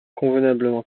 convenablement